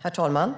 Herr talman!